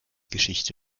geschichte